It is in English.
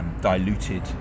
Diluted